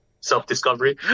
self-discovery